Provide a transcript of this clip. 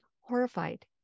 horrified